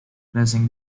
pressing